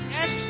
Yes